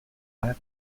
via